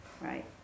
right